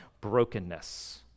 brokenness